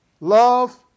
love